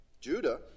Judah